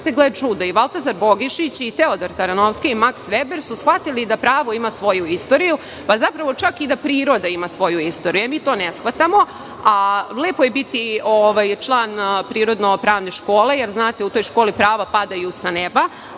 gle čuda, i Vlatazar Bogišić i Teodor Taranovski i Maks Veber su shvatili da pravo ima svoju istoriju, pa zapravo čak i da priroda ima svoju istoriju. Mi to ne shvatamo. Lepo je biti član prirodno-pravne škole, jer u toj školi prava padaju sa neba.